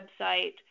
website